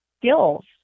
skills